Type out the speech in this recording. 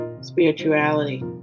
spirituality